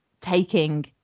taking